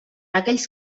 aquells